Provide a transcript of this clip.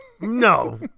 No